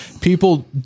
People